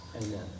Amen